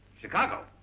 Chicago